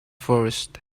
first